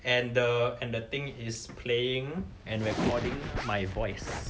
and the and the thing is playing and recording my voice